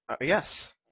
Yes